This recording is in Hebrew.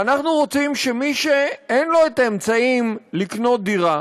ואנחנו רוצים שמי שאין לו אמצעים לקנות דירה